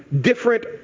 different